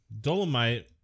Dolomite